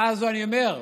אני אומר: